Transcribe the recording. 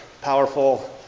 powerful